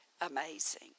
amazing